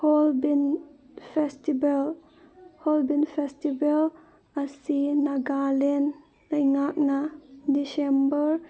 Hornbill festival Hornbill festival ꯑꯁꯤ ꯅꯥꯒꯥꯂꯦꯟ ꯂꯩꯉꯥꯛꯅ December